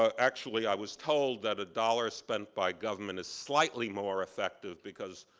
ah actually, i was told that a dollar spent by government is slightly more effective because